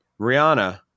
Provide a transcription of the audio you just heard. Rihanna